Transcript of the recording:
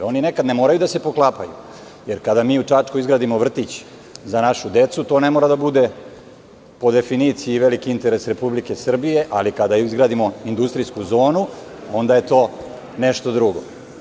Oni nekad ne moraju da se poklapaju, jer kada mi u Čačku izradimo za našu decu, to ne mora da bude po definiciji veliki interes Republike Srbije, ali kada izgradimo industrijsku zonu onda je to nešto drugo.